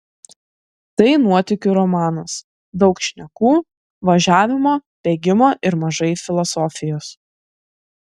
tai nuotykių romanas daug šnekų važiavimo bėgimo ir mažai filosofijos